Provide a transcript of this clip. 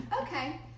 okay